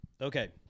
Okay